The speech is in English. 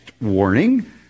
warning